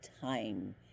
time